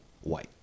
White